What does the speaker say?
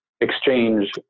exchange